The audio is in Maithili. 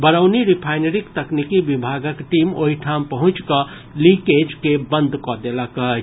बरौनी रिफाइनरीक तकनीकी विभागक टीम ओहिठाम पहुंचि कऽ लीकेज के बंद कऽ देलक अछि